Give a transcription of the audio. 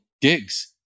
gigs